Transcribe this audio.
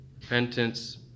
Repentance